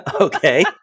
Okay